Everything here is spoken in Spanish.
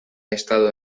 estado